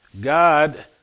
God